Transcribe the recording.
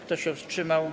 Kto się wstrzymał?